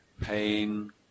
pain